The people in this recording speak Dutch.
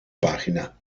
pagina